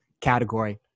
category